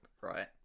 right